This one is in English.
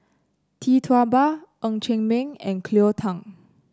Tee Tua Ba Ng Chee Meng and Cleo Thang